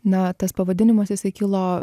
na tas pavadinimas jisai kilo